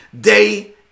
Day